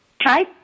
hi